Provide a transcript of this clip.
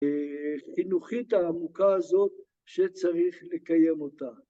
‫חינוכית העמוקה הזאת ‫שצריך לקיים אותה.